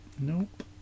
nope